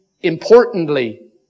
importantly